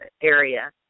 area